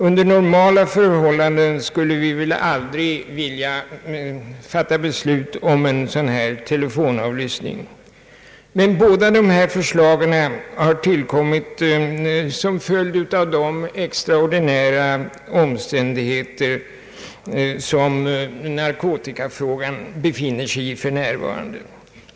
Under normala förhållanden skulle vi väl aldrig vilja fatta beslut om telefonavlyssning, men båda dessa förslag som vi har att behandla i dag har tillkommit som en följd av de extraordinära omständigheter som narkotikafrågan för närvarande befinner sig i.